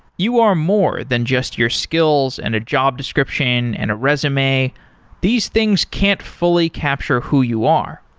you are more than just your skills and a job description and a resume these things can't fully capture who you are.